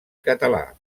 català